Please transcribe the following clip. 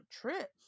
trip